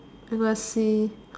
if I see